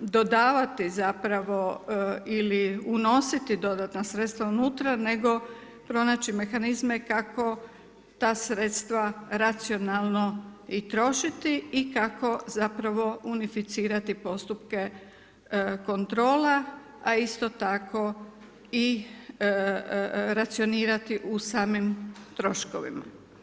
dodavati zapravo ili unositi dodatna sredstva unutra nego pronaći mehanizme kako ta sredstva racionalno i trošiti i kako zapravo unificirati postupke kontrola a isto tako racionirati u samim troškovima.